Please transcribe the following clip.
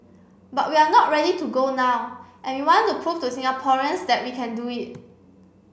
but we are not ready to go now and we want to prove to Singaporeans that we can do it